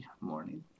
morning